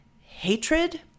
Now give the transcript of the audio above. hatred